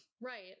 Right